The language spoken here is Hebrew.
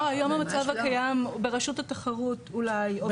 לא, היום המצב הקיים ברשות התחרות אולי.